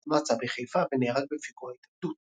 "מצה" בחיפה ונהרג בפיגוע התאבדות.